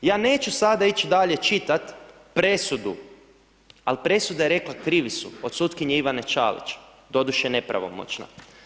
Ja neću sada ići dalje čitati presudu ali presuda je rekla krivi su od sutkinje Ivane Čalić, doduše nepravomoćna.